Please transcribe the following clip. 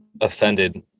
offended